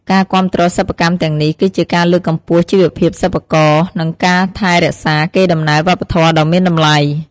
ការគាំទ្រសិប្បកម្មទាំងនេះ គឺជាការលើកកម្ពស់ជីវភាពសិប្បករ និងការថែរក្សាកេរដំណែលវប្បធម៌ដ៏មានតម្លៃ។